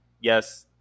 Yes